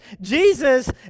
Jesus